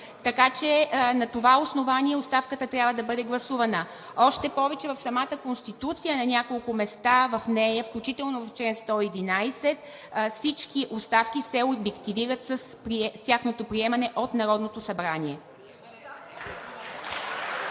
така че на това основание оставката трябва да бъде гласувана. Още повече в самата Конституция – на няколко места в нея, включително в чл. 111, всички оставки се обективират с тяхното приемане от Народното събрание.